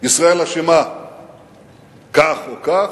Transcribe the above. ישראל אשמה כך או כך,